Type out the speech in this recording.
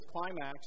climax